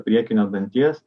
priekinio danties